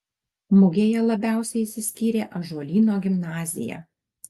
mugėje labiausiai išsiskyrė ąžuolyno gimnazija